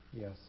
Yes